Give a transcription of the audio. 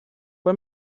ble